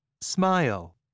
Smile